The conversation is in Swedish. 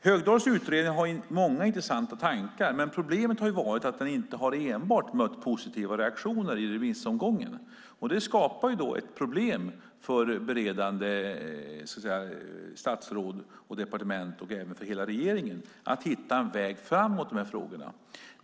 Högdahls utredning innehåller många intressanta tankar, men problemet har varit att den inte enbart har mött positiva reaktioner i remissomgången. Det skapar ett problem för beredande statsråd, departement och även för hela regeringen när det gäller att hitta en väg framåt i de här frågorna.